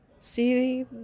See